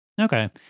Okay